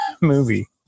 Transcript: movie